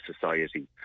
society